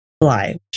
fly